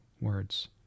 words